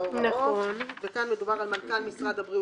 2019, כ"ד בטבת תשע"ט.